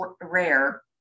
rare